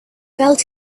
felt